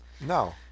No